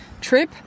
trip